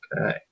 Okay